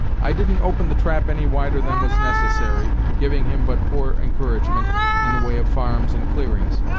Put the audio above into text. i didn't open the trap any wider than was necessary, giving him but poor encouragement in the way of farms and clearings.